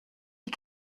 die